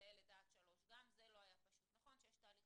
עבירה פלילית